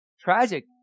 Tragic